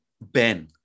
Ben